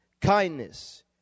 kindness